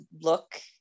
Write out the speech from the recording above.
look